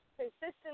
consistent